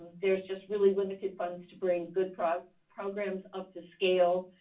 there is just really limited funds to bring good programs programs up to scale.